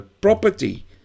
property